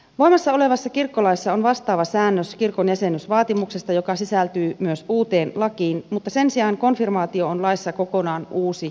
voimassa olevassa kirkkolaissa on vastaava säännös kirkon jäsenyysvaatimuksesta joka sisältyy myös uuteen lakiin mutta sen sijaan konfirmaatio on laissa kokonaan uusi kelpoisuusvaatimus